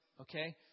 Okay